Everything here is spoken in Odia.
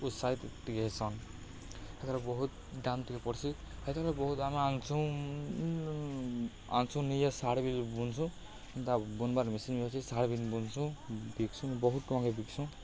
ଉତ୍ସାହିତ ଟିଏସନ୍ ହେତେରେ ବହୁତ ଦାମ୍ ଟିକେ ପଡ଼୍ସି ହେତେରେ ବହୁତ ଆମେ ଆଣଛୁଁ ଆଣଛୁଁ ନିଜେ ଶାଢ଼ୀବି ବୁନସୁଁ ତା ବୁନବାର୍ ମେସିନ୍ ବି ଅଛି ଶାଢ଼ୀବି ବୁନସୁଁ ବିକସୁଁ ବହୁତ କମେ ବିକସୁଁ